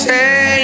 Say